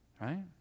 Right